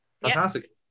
Fantastic